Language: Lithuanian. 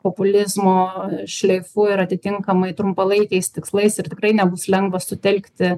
populizmo šleifu ir atitinkamai trumpalaikiais tikslais ir tikrai nebus lengva sutelkti